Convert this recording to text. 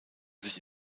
sich